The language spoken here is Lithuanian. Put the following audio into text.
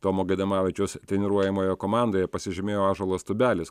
tomo gaidamavičiaus treniruojamoje komandoje pasižymėjo ąžuolas tubelis